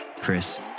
Chris